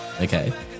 Okay